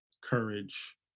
courage